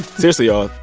seriously, y'all,